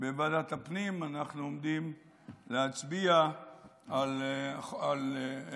בוועדת הפנים אנחנו עומדים להצביע על חוק